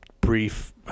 brief